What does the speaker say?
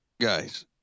guys